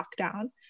lockdown